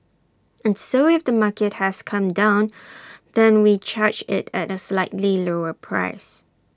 and so if the market has come down then we charge IT at A slightly lower price